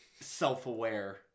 self-aware